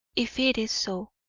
if it is so!